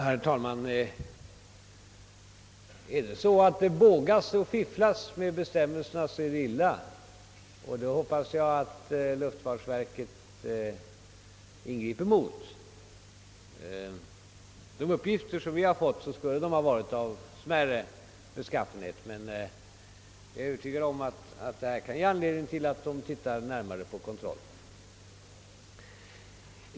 Herr talman! Är det så att man fifflar med efterlevnaden av bestämmelserna för charterflygresorna, är det illa ställt, och då hoppas jag att luftfartsverket ingriper. Enligt de uppgifter som vi har fått skulle det endast ha rört sig om överträdelser av mindre allvarlig art, men jag är övertygad om att vad som här har framkommit kan ge anledning till en närmare granskning av kontrollen.